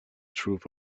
truth